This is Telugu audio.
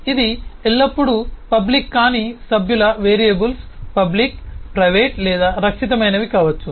ఇది ఎల్లప్పుడూ పబ్లిక్ కాని సభ్యుల వేరియబుల్స్ పబ్లిక్ ప్రైవేట్ లేదా రక్షితమైనవి కావచ్చు